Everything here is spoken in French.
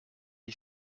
des